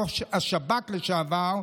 ראש השב"כ לשעבר,